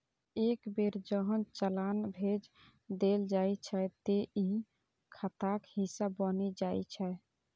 एक बेर जहन चालान भेज देल जाइ छै, ते ई खाताक हिस्सा बनि जाइ छै